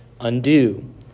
undo